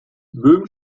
böhm